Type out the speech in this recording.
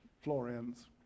Florian's